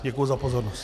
Děkuji za pozornost.